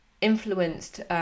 influenced